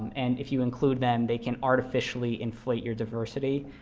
and if you include them, they can artificially inflate your diversity.